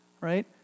right